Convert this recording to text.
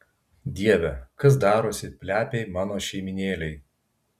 dieve kas darosi plepiai mano šeimynėlei